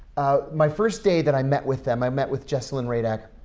my first day that i met with them, i met with jesselyn radack,